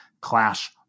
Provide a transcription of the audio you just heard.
Clash